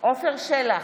עפר שלח,